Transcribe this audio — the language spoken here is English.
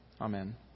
Amen